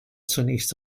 zunächst